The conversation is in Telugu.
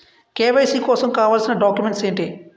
కే.వై.సీ కోసం కావాల్సిన డాక్యుమెంట్స్ ఎంటి?